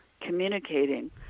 communicating